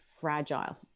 fragile